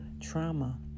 trauma